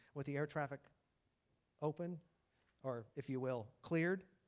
with the air traffic open or if you will cleared,